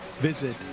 visit